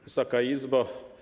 Wysoka Izbo!